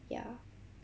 ya